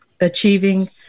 achieving